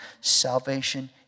Salvation